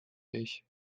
ich